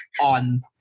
on